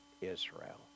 Israel